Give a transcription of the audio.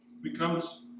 becomes